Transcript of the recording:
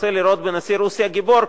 ורוצה לראות בנשיא רוסיה גיבור,